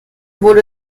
wurde